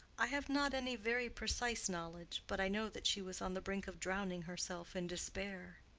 i have not any very precise knowledge. but i know that she was on the brink of drowning herself in despair.